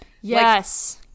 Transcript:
Yes